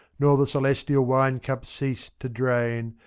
nor the celestial wine-cup cease to drain,